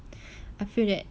I feel that